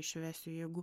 išvesiu jeigu